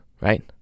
right